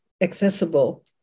accessible